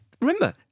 Remember